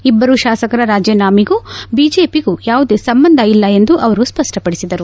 ಇಬ್ಬರು ಶಾಸಕರ ರಾಜೀನಾಮೆಗೂ ಬಿಜೆಪಿಗೂ ಯಾವುದೇ ಸಂಬಂಧ ಇಲ್ಲ ಎಂದು ಅವರು ಸ್ಪಷ್ಟಪಡಿಸಿದರು